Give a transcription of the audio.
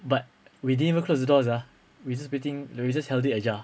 but we didn't even close the door sia we just bit~ like we just held it ajar